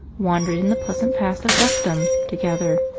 wandered in the pleasant paths of duckdom together,